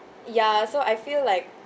ya so I feel like